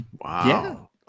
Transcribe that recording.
Wow